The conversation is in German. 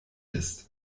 ist